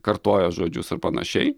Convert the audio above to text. kartoja žodžius ar panašiai